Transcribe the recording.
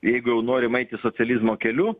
jeigu jau norim eiti socializmo keliu